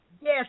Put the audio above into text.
yes